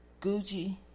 Gucci